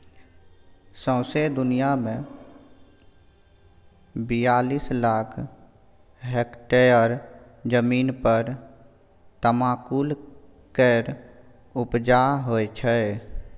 सौंसे दुनियाँ मे बियालीस लाख हेक्टेयर जमीन पर तमाकुल केर उपजा होइ छै